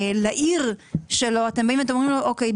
לעיר שלו אתם באים ואומרים לו: אוקיי,